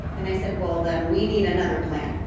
and i said, well, then, we need another plan.